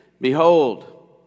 Behold